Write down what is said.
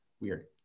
weird